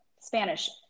Spanish